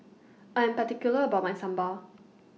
I Am particular about My Sambal